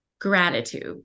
Gratitude